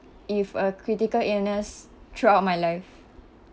if a critical illness throughout my life